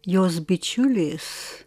jos bičiulės